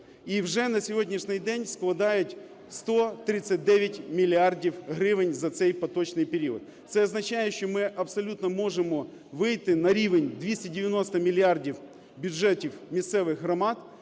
і вже на сьогоднішній день складають 139 мільярдів гривень, за цей поточний період. Це означає, що ми абсолютно можемо вийти на рівень 290 мільярдів бюджетів місцевих громад